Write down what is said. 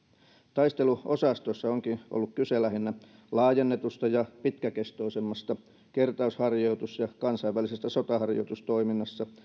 taisteluosastoissa onkin ollut kyse lähinnä laajennetusta ja pitkäkestoisemmasta kertausharjoitus ja kansainvälisestä sotaharjoitustoiminnasta